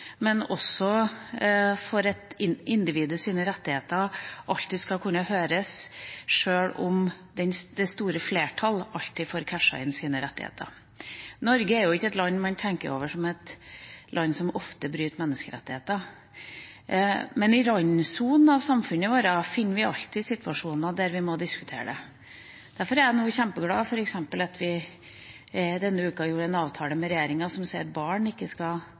men også for at individets rettigheter alltid skal kunne høres sjøl om det store flertallet alltid får cashet inn sine rettigheter. Man tenker ikke på Norge som et land som ofte bryter menneskerettigheter. Men i randsonen av samfunnet vårt finner vi alltid situasjoner der vi må diskutere det. Derfor er jeg kjempeglad for at vi f.eks. denne uka gjorde en avtale med regjeringa som sier at barn ikke skal